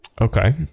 Okay